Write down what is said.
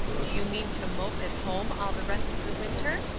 do you mean to mope at home all the rest of the winter?